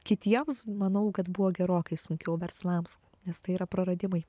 kitiems manau kad buvo gerokai sunkiau verslams nes tai yra praradimai